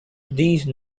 these